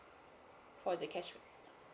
for the cashback